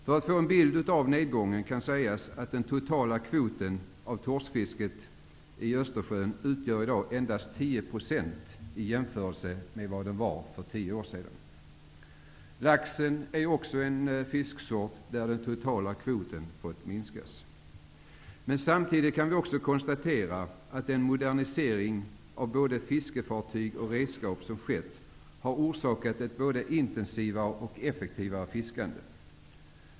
För att få en bild av nedgången kan sägas att den totala kvoten av torskfisket i Östersjön i dag utgör endast 10 % av kvoten för 10 år sedan. Laxen är också en fiskesort för vilken den totala kvoten har fått minskas. Samtidigt kan vi konstatera att den modernisering av både fiskefartyg och redskap som skett har orsakat ett både intesivare och effektivare fiskande.